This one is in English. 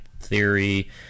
theory